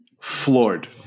floored